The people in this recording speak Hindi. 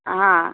हाँ